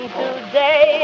today